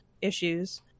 issues